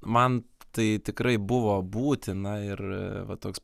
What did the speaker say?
man tai tikrai buvo būtina ir va toks